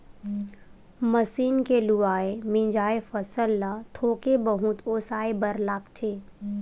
machine के लुवाए, मिंजाए फसल ल थोके बहुत ओसाए बर लागथे